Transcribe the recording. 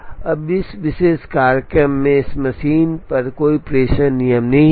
अब इस विशेष कार्यक्रम में इस मशीन पर कोई प्रेषण नियम नहीं है